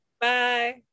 Bye